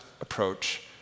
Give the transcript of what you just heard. approach